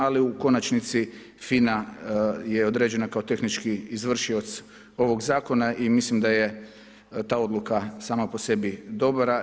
Ali u konačnici FINA je određena kao tehnički izvršioc ovog zakona i mislim da je ta odluka sama po sebi dobra.